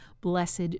Blessed